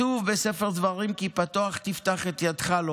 כתוב בספר דברים: "כי פָתֹחַ תפתח את ידך לו